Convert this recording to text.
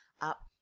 up